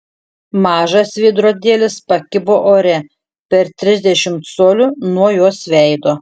mažas veidrodėlis pakibo ore per trisdešimt colių nuo jos veido